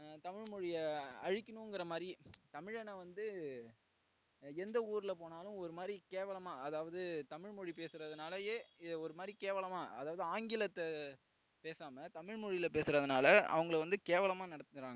தமிழ் மொழியை அழிக்கணுங்கிற மாதிரி தமிழனை வந்து எந்த ஊரில் போனாலும் ஒரு மாதிரி கேவலமாக அதாவது தமிழ் மொழி பேசுறதினாலயே இத ஒரு மாதிரி கேவலமாக அதாவது ஆங்கிலத்தை பேசாமல் தமிழ் மொழியில் பேசுறதினால அவங்களை வந்து கேவலமாக நடத்துகிறாங்க